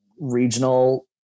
regional